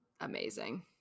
Amazing